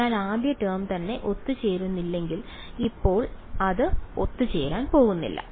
അതിനാൽ ആദ്യ ടേം തന്നെ ഒത്തുചേരുന്നില്ലെങ്കിൽ ഇപ്പോൾ അത് ഒത്തുചേരാൻ പോകുന്നില്ല